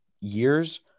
years